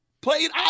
played